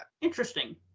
Interesting